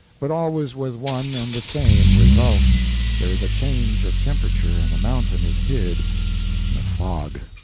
but always with one and the same result there is a change of temperature and the mountain is hid in a fog.